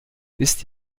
wisst